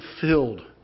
filled